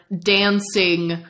dancing